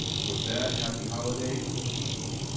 with that happy holidays, and the meeting's.